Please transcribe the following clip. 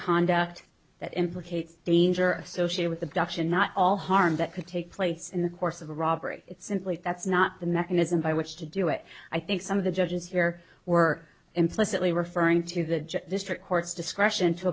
conduct that implicates danger associated with adoption not all harm that could take place in the course of a robbery it's simply that's not the mechanism by which to do it i think some of the judges here were implicitly referring to the district court's discretion to